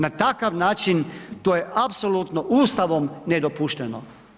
Na takav način, to je apsolutno Ustavom nedopušteno.